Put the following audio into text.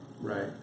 right